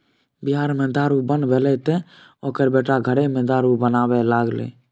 बिहार मे दारू बन्न भेलै तँ ओकर बेटा घरेमे दारू बनाबै लागलै